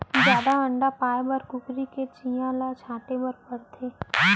जादा अंडा पाए बर कुकरी के चियां ल छांटे बर परथे